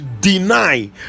deny